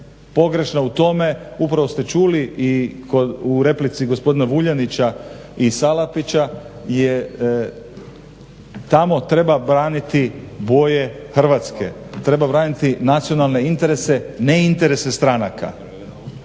pogrešna upravo ste čuli i u replici gospodina Vuljanića i Salapića je tamo treba braniti boje Hrvatske, treba braniti nacionalne interese, ne interese stranaka.